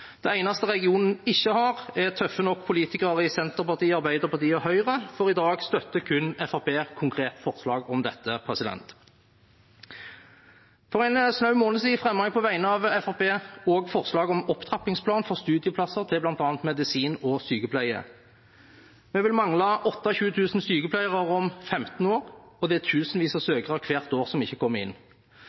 Det eneste regionen ikke har, er tøffe nok politikere i Senterpartiet, Arbeiderpartiet og Høyre, for i dag støtter kun Fremskrittspartiet konkret forslag om dette. For en snau måned siden fremmet jeg på vegne av Fremskrittspartiet også forslag om opptrappingsplan for studieplasser for bl.a. medisin og sykepleie. Vi vil mangle 28 000 sykepleiere om 15 år, og det er tusenvis av søkere hvert år som ikke kommer inn.